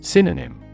Synonym